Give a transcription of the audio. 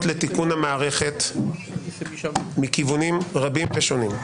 לתיקון המערכת מכיוונים רבים ושונים.